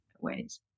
ways